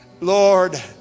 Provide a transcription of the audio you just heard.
lord